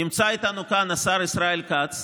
נמצא איתנו כאן השר ישראל כץ,